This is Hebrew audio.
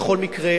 בכל מקרה,